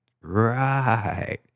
Right